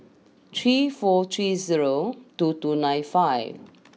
three four three zero two two nine five